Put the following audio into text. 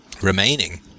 remaining